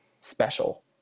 special